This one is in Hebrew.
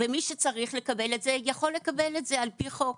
ומי שצריך לקבל את זה, יכול לקבל את זה על-פי חוק.